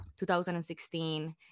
2016